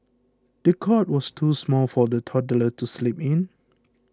the cot was too small for the toddler to sleep in